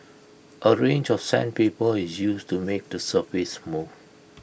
A range of sandpaper is used to make the surface smooth